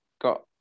got